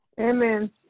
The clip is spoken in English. Amen